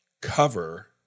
cover